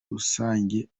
usange